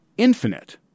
infinite